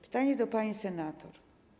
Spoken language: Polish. Pytanie do pani senator.